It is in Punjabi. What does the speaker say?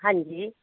ਹਾਂਜੀ